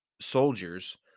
soldiers